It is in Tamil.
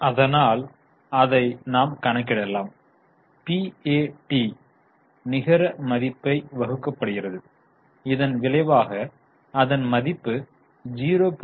அதனால் அதை நாம் கணக்கிடலாம் பிஏடி நிகர மதிப்பு வகுக்கப்படுகிறது இதன் விளைவாக அதன் மதிப்பு 0